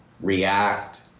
react